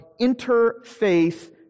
interfaith